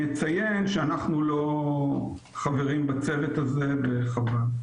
אנחנו לא חברים בצוות הזה וחבל.